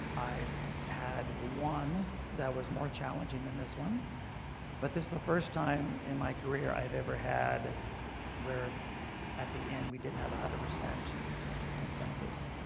i've had one that was more challenging than this one but this is the first time in my career i've ever had where at the end we didn't have a hundred percent and census